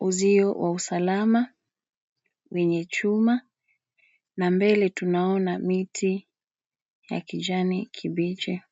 uzio wa usalama, wenye chuma, na mbele tunaona miti, ya kijani kibichi.